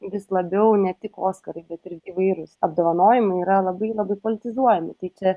vis labiau ne tik oskarai bet ir įvairūs apdovanojimai yra labai labai politizuojami tai čia